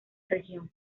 región